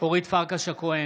אורית פרקש הכהן,